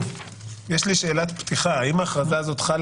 יש לי שאלת פתיחה: האם ההכרזה הזו חלה